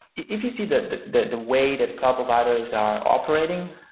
if you see the the way that cloud providers are operating,